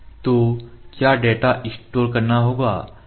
तो क्या data store करना होगा